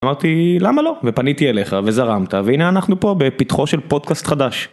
אמרתי, למה לא, ופניתי אליך, וזרמת, והנה אנחנו פה בפיתחו של פודקאסט חדש.